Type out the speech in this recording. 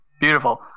Beautiful